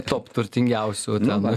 top turtingiausių ten